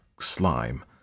slime